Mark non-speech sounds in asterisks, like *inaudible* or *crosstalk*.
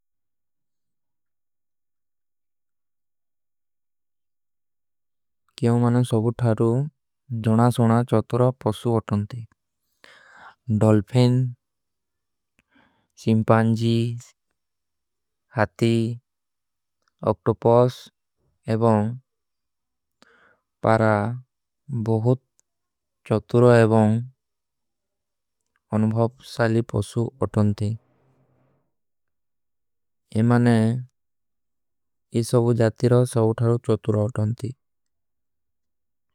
କ୍ଯୋଂ ମାନେ ସଵୁ ଜାତିରୋ ଜୋନା ସୋନା ଚତୁରୋ ପସୁ ଉଠନତୀ। ଡଲ୍ଫେନ, ସିମ୍ପାଂଜୀ, ହାତୀ, ଅକ୍ଟୋପସ ଏବଂ ପାରା। ବହୁତ ଚତୁରୋ ଏବଂ ଅନୁଭଵ ସାଲୀ *hesitation* ପସୁ। ଉଠନତୀ କ୍ଯୋଂ ମାନେ ସଵୁ ଜାତିରୋ ଜୋନା ସୋନା ଚତୁରୋ ଉଠନତୀ।